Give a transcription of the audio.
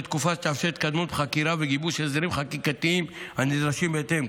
לתקופה שתאפשר התקדמות בחקירה ובגיבוש ההסדרים החקיקתיים הנדרשים בהתאם,